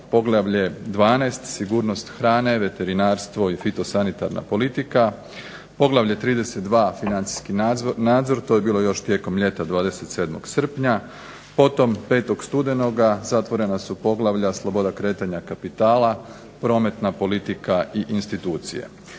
Poglavlje 12. – Sigurnost hrane, veterinarstvo i fitosanitarna politika, Poglavlje 32. – Financijski nadzor, to je bilo još tijekom ljeta 27. srpnja, potom 5. studenoga zatvorena su poglavlja – Sloboda kretanja kapitala, Prometna politika i institucije.